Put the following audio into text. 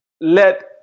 let